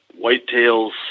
whitetails